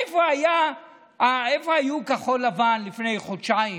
איפה היו כחול לבן לפני חודשיים?